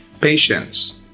Patience